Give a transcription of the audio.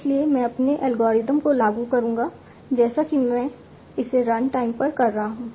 इसलिए मैं अपने एल्गोरिथ्म को लागू करूंगा जैसे कि मैं इसे रन टाइम पर कर रहा हूं